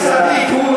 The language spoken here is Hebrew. חבר הכנסת ליפמן,